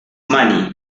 money